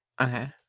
Okay